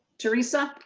teresa.